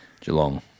Geelong